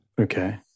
okay